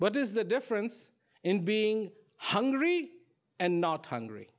what is the difference in being hungry and not hungry